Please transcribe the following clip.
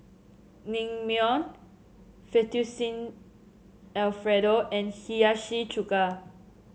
Naengmyeon Fettuccine Alfredo and Hiyashi Chuka